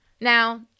Now